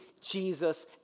Jesus